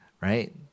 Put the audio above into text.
right